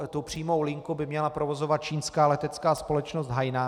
Tu přímou linku by měla provozovat čínská letecká společnost Hainan.